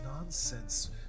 nonsense